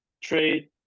trade